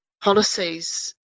policies